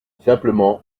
simplement